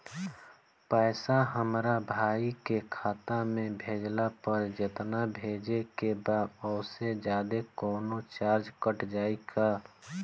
पैसा हमरा भाई के खाता मे भेजला पर जेतना भेजे के बा औसे जादे कौनोचार्ज कट जाई का?